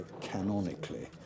canonically